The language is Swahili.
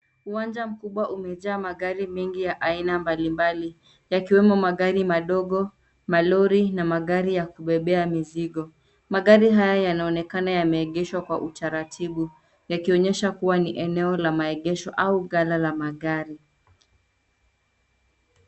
Uwanja kubwa umejaa magari mengi ya aina mbali mbali yakiwemo magari madogo, malori na magari ya kubebea mizigo. Magari haya yanaonekana yameegeshwa kwa utaratibu yakionyesha kuwa ni eneo la maegesho au gala la magari.